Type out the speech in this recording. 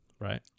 right